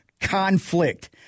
conflict